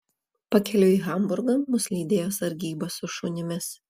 pakeliui į hamburgą mus lydėjo sargyba su šunimis